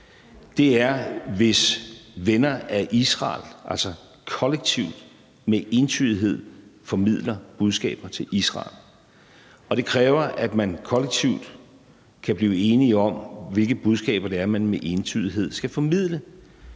er, hvis venner af Israel kollektivt og med entydighed formidler budskaber til Israel, og det kræver, at man kollektivt kan blive enige om, hvilke budskaber det er, man med entydighed skal formidle.